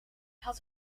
had